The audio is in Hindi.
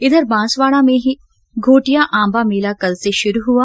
इधर बांसवाडा में ही घोटिया आम्बा मेला कल से शुरू हुआ